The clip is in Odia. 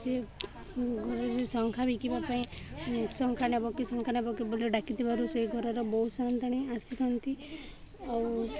ସିଏ ଶଙ୍ଖା ବିକିବା ପାଇଁ ଶଙ୍ଖା ନେବକି ଶଙ୍ଖା ନେବକି ବୋଲି ଡ଼ାକିଥିବାରୁ ସେ ଘରର ବହୁ ସନ୍ତାଣୀ ଆସିଥାନ୍ତି ଆଉ